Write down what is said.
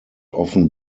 often